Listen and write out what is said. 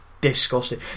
disgusting